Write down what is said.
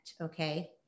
Okay